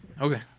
Okay